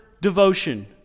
devotion